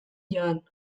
joan